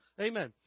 Amen